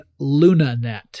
LunaNet